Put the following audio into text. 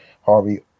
Harvey